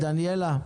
דניאלה,